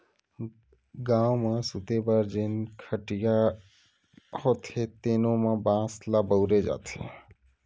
गाँव म सूते बर जेन खटिया होथे तेनो म बांस ल बउरे जाथे